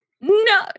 No